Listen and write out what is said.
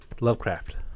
Lovecraft